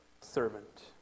servant